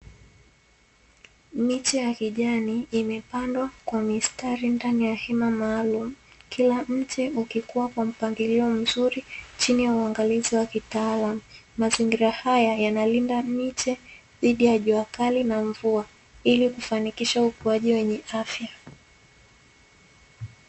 Miche ya kijani imepandwa kwa mistari ndani ya hema maalumu, kila mche ukikuwa kwa mpangilio mzuri chini ya uangalizi wa kitaalamu mazingira haya yanalinda miche dhidi ya juakali na mvua ili kufanikisha ukuaji wenye afya.